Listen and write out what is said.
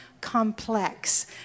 complex